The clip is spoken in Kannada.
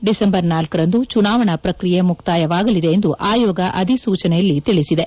ಡಿಸೆಂಬರ್ ಳರಂದು ಚುನಾವಣಾ ಪ್ರಕ್ರಿಯೆ ಮುಕ್ತಾಯವಾಗಲಿದೆ ಎಂದು ಆಯೋಗ ಅಧಿಸೂಚನೆಯಲ್ಲಿ ತಿಳಿಸಿದೆ